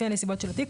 לפי הנסיבות של התיק,